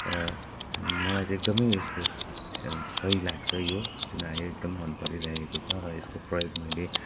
र मलाई चाहिँ एकदमै यसको स सही लाग्छ यो जुन यो एकदम मन परिरहेको छ र यसको प्रयोग मैले